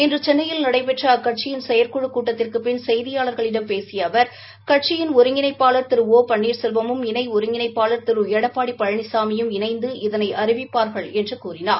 இன்று சென்னையில் நடைபெற்ற அக்கட்சியின் செயற்குழுக் கூட்டத்திற்குப் பின் செய்தியாளா்களிடம் பேசிய அவர் கட்சியின் ஒருங்கிணைப்பாளர் திரு ஓ பன்னீர்செல்வமும் இணை ஒருங்கிணைப்பாளர் திரு எடப்பாடி பழனிசாமியும் இணைந்து இதனை அறிவிப்பார்கள் என்று கூறினார்